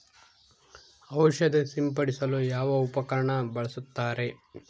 ಔಷಧಿ ಸಿಂಪಡಿಸಲು ಯಾವ ಉಪಕರಣ ಬಳಸುತ್ತಾರೆ?